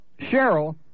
Cheryl